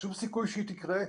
אין שום סיכוי שהיא תקרה.